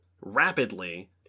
rapidly